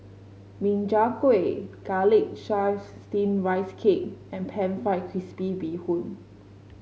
Min Chiang Kueh Garlic Chives Steamed Rice Cake and pan fried crispy Bee Hoon